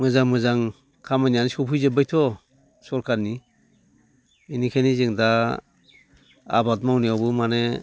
मोजां मोजां खामानियानो सफैजोब्बायथ' सोरखारनि बेनिखायनो जों दा आबाद मावनायावबो माने